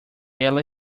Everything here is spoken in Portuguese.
ela